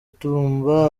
tumba